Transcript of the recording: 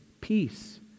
peace